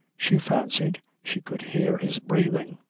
she fancied she could hear his breathing.